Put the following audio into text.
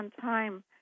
time